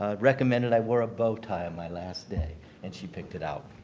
ah recommended i wear a bow tie on my last day and she picked it out.